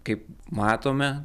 kaip matome